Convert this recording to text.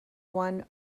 won